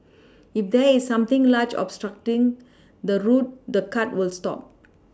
if there is something large obstructing the route the cart will stop